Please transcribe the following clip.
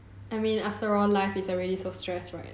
I mean after all life is already so stress right